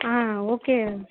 ஆ okay